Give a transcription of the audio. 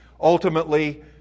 Ultimately